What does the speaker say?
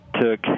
took